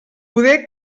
poder